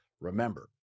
Remember